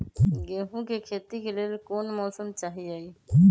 गेंहू के खेती के लेल कोन मौसम चाही अई?